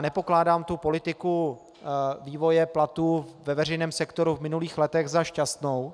Nepokládám politiku vývoje platů ve veřejném sektoru v minulých letech za šťastnou.